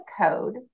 code